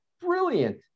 brilliant